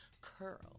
curl